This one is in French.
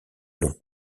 long